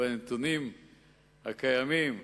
בנתונים הקיימים,